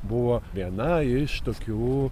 buvo viena iš tokių